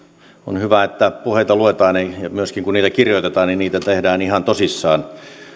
on hyvä että puheita luetaan ja myöskin kun niitä kirjoitetaan niitä tehdään ihan tosissaan uskon